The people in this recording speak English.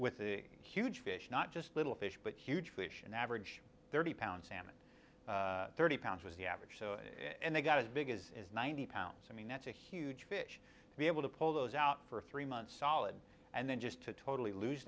with the huge fish not just little fish but huge fish an average thirty pound salmon thirty pounds was the average and they got as big as ninety pounds i mean that's a huge fish to be able to pull those out for three months solid and then just to totally lose